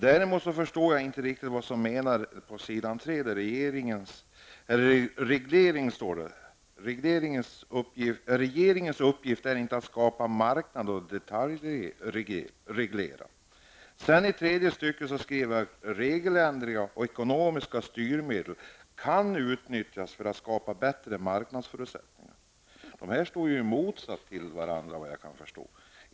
Däremot förstår jag inte riktigt vad som menas med att regeringens uppgift inte är att skapa marknad och detaljreglera. Vidare står det att regeländringar och ekonomiska styrmedel kan utnyttjas för att skapa bättre marknadsförutsättningar. Detta står ju i motsatsförhållande till varandra efter vad jag kan förstå.